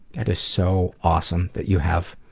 that is so awesome that you have,